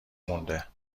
مونده